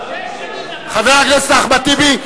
תודה רבה, חבר הכנסת אחמד טיבי.